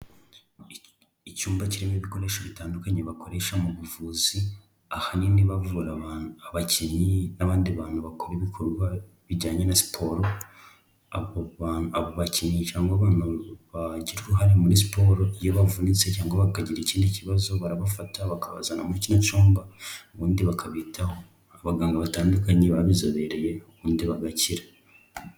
Icyumba kirimo ibikoresho bitandukanye bakoresha mu buvuzi, ahanini bavura abakinnyi, n'abandi bantu bakora ibikorwa bijyanye na siporo, abo bantu abo bakinnyi cyangwa abantu bagira uruhare muri siporo iyo bavunitse cyangwa bakagira ikindi kibazo, barabafata bakabazana muri kino cyumba, ubundi bakabitaho, abaganga batandukanye babizobereye ubundi bagakira.